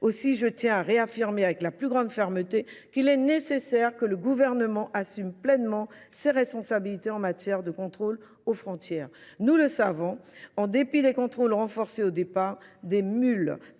Aussi, je tiens à réaffirmer avec la plus grande fermeté qu'il est nécessaire que le gouvernement assume pleinement ses responsabilités en matière de contrôle aux frontières. Nous le savons, en dépit des contrôles renforcés au départ, des mules